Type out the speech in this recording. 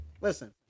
listen